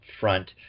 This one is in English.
front